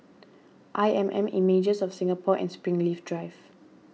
I M M Images of Singapore and Springleaf Drive